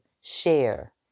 share